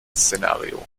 szenario